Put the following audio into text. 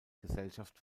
gesellschaft